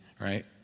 right